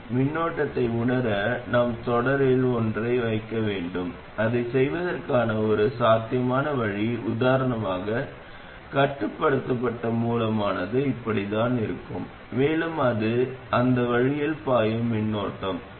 மேலும் ID I1 ஐ விட குறைவாக இருந்தால் மின்தேக்கியில் இருந்து மின்னோட்டம் வெளியேற்றப்படும் மூல மின்னழுத்தம் கீழே விழும் VGS அதிகரிக்கும் மற்றும் மின்னோட்டம் அதிகரிக்கும்